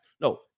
no